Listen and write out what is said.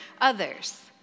others